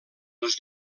els